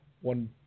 one